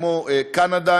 כמו קנדה,